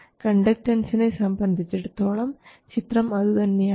കണ്ടക്ടൻസിനെ സംബന്ധിച്ചിടത്തോളം ചിത്രം അതുതന്നെയാണ്